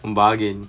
bargain